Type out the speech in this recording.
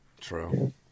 True